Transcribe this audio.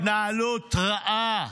התנהלות רעה,